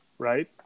Right